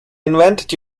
invented